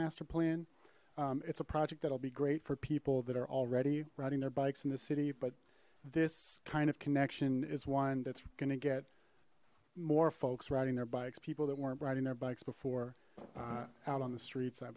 master plan it's a project that'll be great for people that are already riding their bikes in the city but this kind of connection is one that's gonna get more folks riding their bikes people that weren't riding their bikes before out on the streets i